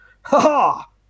Ha-ha